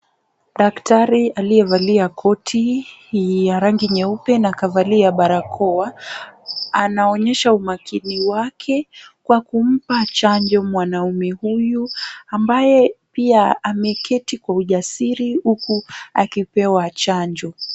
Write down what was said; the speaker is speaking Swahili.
Daktari aliyevalia koti ya rangi na amevalia barakoa, anaonesha umakini wake kwa kumpa chanjo mwanaume huyu ambaye pia ameketi kwa ujasiri huku akipewa chanjo.